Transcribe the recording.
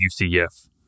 UCF